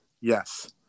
Yes